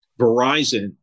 Verizon